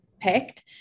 picked